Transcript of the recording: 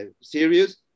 Serious